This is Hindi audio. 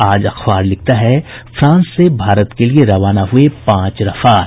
आज अखबार लिखता है फ्रांस से भारत के लिए रवाना हुये पांच रफाल